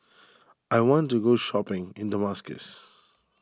I want to go shopping in Damascus